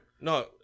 No